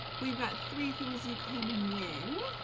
we've got three things you can win.